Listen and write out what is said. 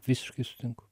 visiškai sutinku